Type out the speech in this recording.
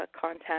content